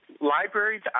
Libraries